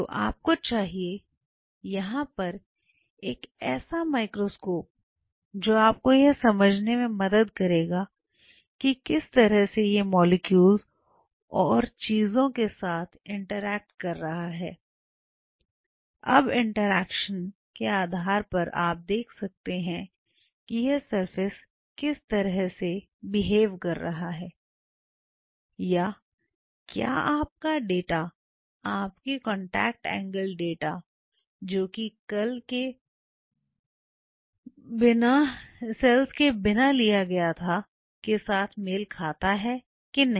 तो आपको चाहिए यहां पर एक ऐसा माइक्रोस्कोप जो आप को यह समझने में मदद करेगा कि किस तरह से यह मॉलिक्यूल और चीजों के साथ इंटरेक्ट कर रहा है अब इंटरेक्शन के आधार पर आप देख सकते हैं कि यह सरफेस किस तरह से बिहेव कर रहा है या क्या आपका डाटा आपके कांटेक्ट एंगल डाटा जो कि कल के बिना लिया गया था के साथ मेल खाता है या नहीं